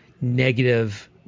negative